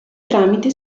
tramite